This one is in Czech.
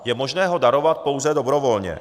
Je možné ho darovat pouze dobrovolně.